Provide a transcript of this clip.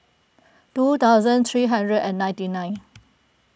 two thousand three hundred and ninety nine